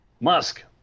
Musk